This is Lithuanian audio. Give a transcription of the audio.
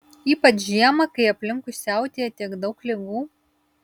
ypač žiemą kai aplinkui siautėja tiek daug ligų